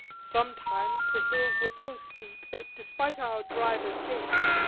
sometimes the hills were so steep that, despite our driver's haste,